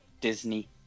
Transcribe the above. Disney